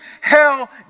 hell